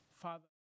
Father